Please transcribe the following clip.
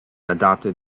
adopted